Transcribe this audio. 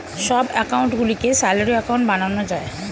সব অ্যাকাউন্ট গুলিকে salary account বানানো যায়